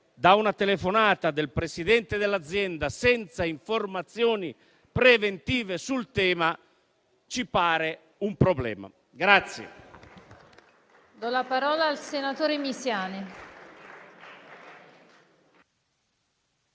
da una telefonata del presidente dell'azienda, senza informazioni preventive sul tema, ci pare un problema.